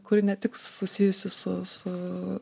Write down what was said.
kuri ne tik susijusi su su